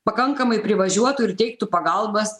pakankamai privažiuotų ir teiktų pagalbas